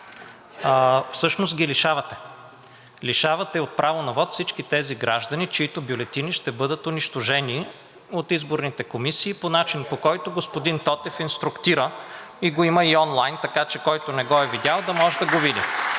Всъщност ги лишавате. Лишавате от право на вот всички тези граждани, чиито бюлетини ще бъдат унищожени от изборните комисии, по начин, по който господин Тотев инструктира, и го има и онлайн, така че, който не го е видял, да може да го види.